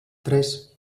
tres